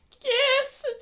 yes